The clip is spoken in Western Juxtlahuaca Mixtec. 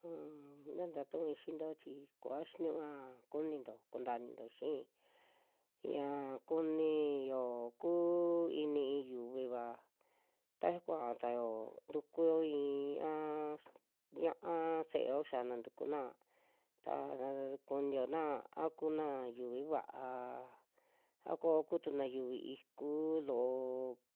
Un na tatu'ui xinto chi, koa xiniua, kuninto kuntaa ininto xii ña kuniyo kuu ini i'i yuviva, taxa kuaatao ntukuyo i'i a ña'á se'eo xiana ntukuna ta'ra kuniona a kuna xiuvi va'a a ko kutuna yuvi iku loo